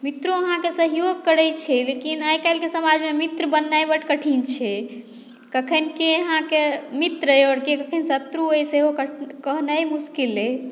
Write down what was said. मित्रो अहाँकेँ सहयोग करैत छै लेकिन आइकाल्हिके समाजमे मित्र बननाइ बड़ कठिन छै कखन के अहाँकेँ मित्र अइ के कखन शत्रु अइ सेहो क कहनाइ मुश्किल अइ